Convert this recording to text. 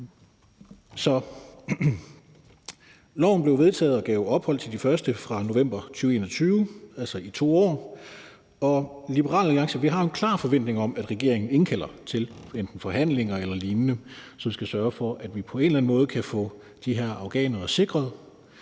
blev vedtaget og gav ophold til de første fra november 2021, altså i 2 år, og i Liberal Alliance har vi en klar forventning om, at regeringen indkalder til enten forhandlinger eller lignende, som skal sørge for, at vi på en eller anden måde kan få de her afghanere sikret.